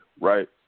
right